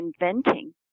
inventing